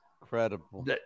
incredible